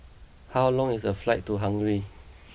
how long is the flight to Hungary